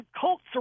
cults